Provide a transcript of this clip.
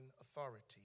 authority